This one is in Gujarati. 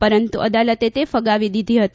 પરંતુ અદાલતે તે ફગાવી દીધી હતી